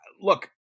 Look